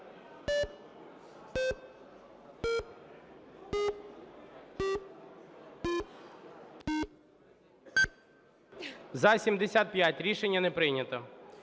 За-71 Рішення не прийнято.